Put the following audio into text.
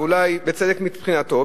ואולי בצדק מבחינתו,